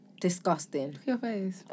Disgusting